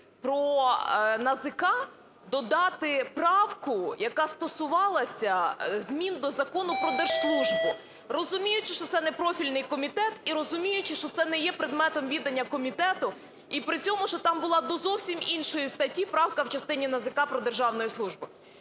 про НАЗК додати правку, яка стосувалася змін до Закону про держслужбу. Розуміючи, що це непрофільний комітет і розуміючи, що це не є предметом відання комітету, і при цьому, що там була до зовсім іншої статті правка в частині НАЗК про державну службу.